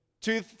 two